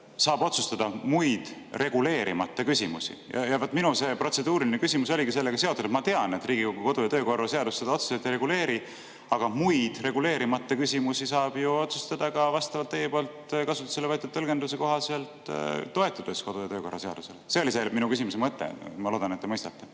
saab otsustada muid reguleerimata küsimusi. Minu protseduuriline küsimus oligi sellega seotud. Ma tean, et Riigikogu kodu‑ ja töökorra seadus seda otseselt ei reguleeri, aga muid reguleerimata küsimusi saab otsustada teie poolt kasutusele võetud tõlgenduse kohaselt, toetudes ka kodu‑ ja töökorra seadusele. See oli mu küsimuse mõte. Ma loodan, et te mõistate.